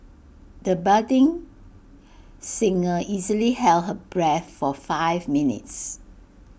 the budding singer easily held her breath for five minutes